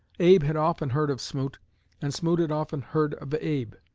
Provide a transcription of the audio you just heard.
abe had often heard of smoot and smoot had often heard of abe.